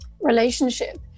relationship